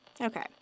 Okay